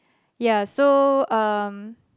ya so um